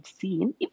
seen